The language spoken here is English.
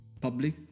public